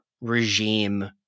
regime